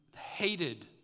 hated